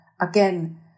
again